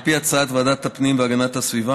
על פי הצעת ועדת הפנים והגנת הסביבה,